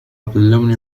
باللون